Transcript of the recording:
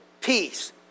peace